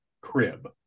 crib